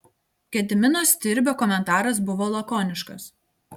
gedimino stirbio komentaras buvo lakoniškas